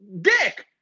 Dick